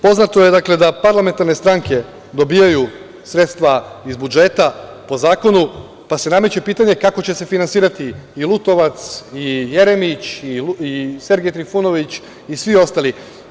Poznato je, dakle, da parlamentarne stranke dobijaju sredstva iz budžeta po zakonu, pa se nameće pitanje - kako će se finansirati i Lutovac i Jeremić i Sergej Trifunović i svi ostali?